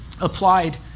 applied